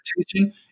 attention